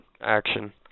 action